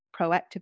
proactive